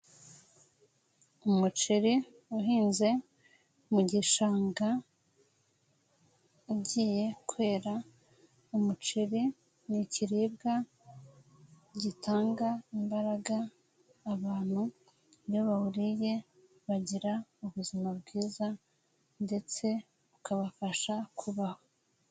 Umuceri uhinze mu gishanga ugiye kwera, umuceri ni ikiribwa gitanga imbaraga, abantu iyo bawuriye bagira ubuzima bwiza ndetse ukabafasha kubaho.